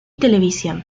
televisión